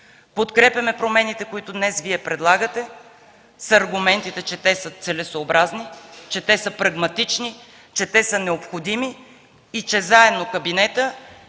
Подкрепяме промените, които днес Вие предлагате, с аргументите, че те са целесъобразни, че те са прагматични, че те са необходими и че заедно кабинетът